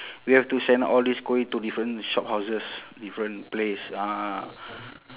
we have to send all these kuih to different shophouses different place ah